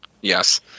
Yes